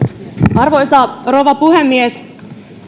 arvoisa rouva puhemies